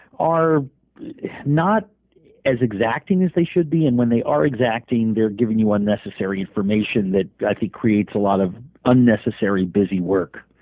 are not as exacting as they should be, and when they are exacting, they're giving you unnecessary information that i think creates a lot of unnecessary busywork.